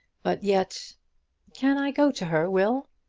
but yet can i go to her, will?